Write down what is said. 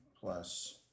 plus